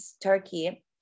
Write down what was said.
Turkey